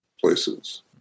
places